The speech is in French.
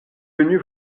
venu